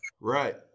Right